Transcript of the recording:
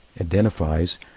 identifies